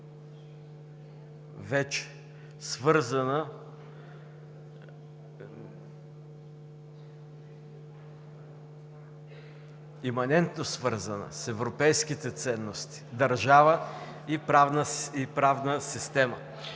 вече свързана, иманентно свързана с европейските ценности държава и правна система.